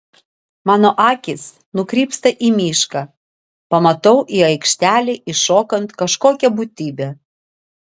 mano akys nukrypsta į mišką pamatau į aikštelę įšokant kažkokią būtybę